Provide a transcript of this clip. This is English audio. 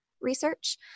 research